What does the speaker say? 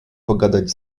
pogadać